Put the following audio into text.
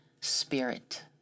spirit